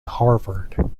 harvard